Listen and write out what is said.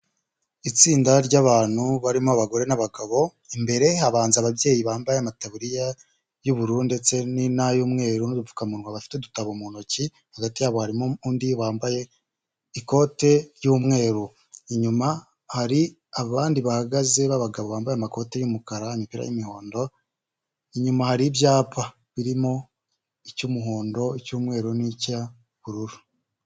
Itsinda ry'abantu barimo abagore n'abagabo imbere habanza ababyeyi bambaye amataburiya y'ubururu ndetse n'ay'umweru, udupfukamunwa, bafite udutabo mu ntoki hagati harimo undi wambaye ikote ry'umweru, inyuma hari abandi bahagaze b'abagabo bambaye amakoti y'umukara, umuhondo, inyuma hari ibyapa birimo icy'umuhondo cy'umweru n'icy'ubururu.